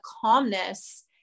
calmness